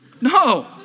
No